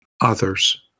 others